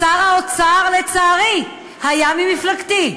שר האוצר, לצערי, היה ממפלגתי.